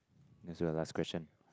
next for your last question